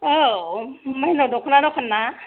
औ मा होनो दख'ना दखान्ना